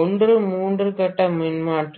ஒன்று மூன்று கட்ட மின்மாற்றி